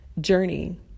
journey